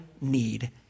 need